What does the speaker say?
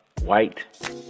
White